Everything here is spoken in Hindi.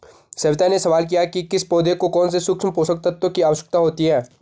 सविता ने सवाल किया कि किस पौधे को कौन से सूक्ष्म पोषक तत्व की आवश्यकता होती है